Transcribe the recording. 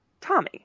tommy